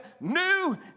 new